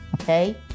okay